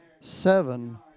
seven